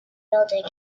building